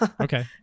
Okay